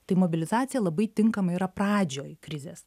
tai mobilizacija labai tinkama yra pradžioj krizės